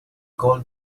called